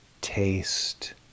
taste